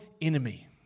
enemy